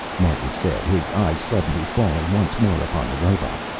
martin said, his eyes suddenly falling once more upon the robot.